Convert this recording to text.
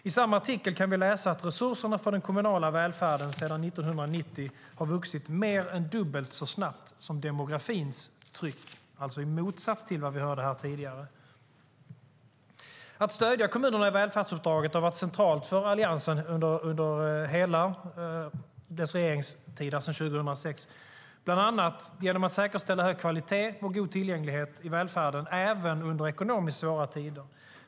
I samma artikel kan vi läsa att resurserna för den kommunala välfärden sedan 1990 har vuxit mer än dubbelt så snabbt som demografins tryck - i motsats till vad vi hörde här tidigare. Att stödja kommunerna i välfärdsuppdraget har varit centralt för Alliansen under hela dess regeringstid sedan 2006, bland annat genom att säkerställa hög kvalitet och god tillgänglighet i välfärden, även under ekonomiskt svåra tider.